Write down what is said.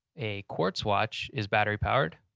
a quartz watch is battery powered,